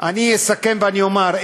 אני אסכם ואומר,